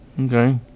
Okay